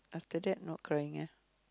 after that not crying ah